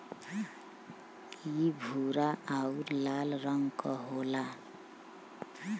इ भूरा आउर लाल रंग क होला